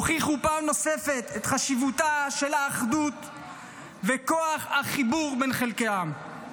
הוכיחו פעם נוספת את חשיבותה של האחדות וכוח החיבור בין חלקי העם.